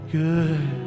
good